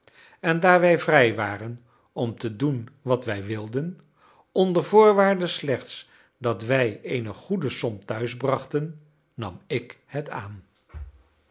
en daar wij vrij waren om te doen wat wij wilden onder voorwaarde slechts dat wij eene goede som thuisbrachten nam ik het aan